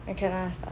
I can ask lah